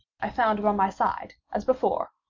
i found by my side, as before,